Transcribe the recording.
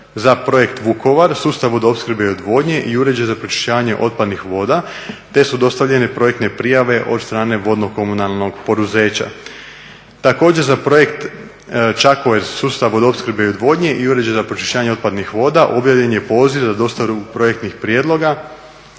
za projekt Vukovar Sustav vodoopskrbe i odvodnje i uređaj za pročišćavanje otpadnih voda te su dostavljene projektne prijave od strane vodno komunalnog poduzeća. Također za projekt Čakovec Sustav vodoopskrbe i odvodnje i uređaj za pročišćavanje otpadnih voda objavljen je poziv za dostavu projektnih prijedloga